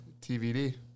TVD